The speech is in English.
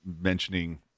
mentioning